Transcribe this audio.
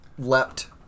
Leapt